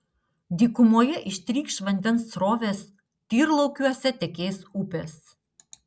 dykumoje ištrykš vandens srovės tyrlaukiuose tekės upės